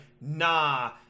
nah